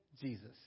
Jesus